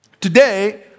today